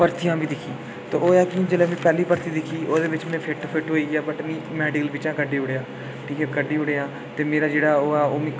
भरथियां बी दिक्खियां होया केह् जेल्लै में पैह्ली भरथी दिक्खी ओह्दे बिच में फिट होइया वट मेडिकल बिच्चा कड्ढी ओड़ेआ ठीक ऐ अड्ढी ओडे़आ ते मेरा जेह्ड़ा ओह् हा ओह्